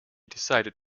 decided